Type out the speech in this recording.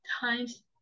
times